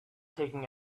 taking